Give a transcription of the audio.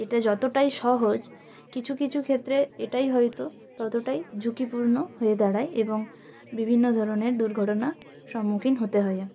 এটা যতটাই সহজ কিছু কিছু ক্ষেত্রে এটাই হয়তো ততটাই ঝুঁকিপূর্ণ হয়ে দাঁড়ায় এবং বিভিন্ন ধরনের দুর্ঘটনা সম্মুখীন হতে হয়